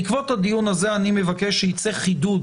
בעקבות הדיון הזה אני מבקש שיצא חידוד.